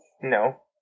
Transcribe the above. No